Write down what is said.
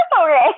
Okay